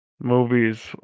movies